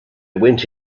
went